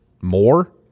More